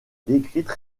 décrites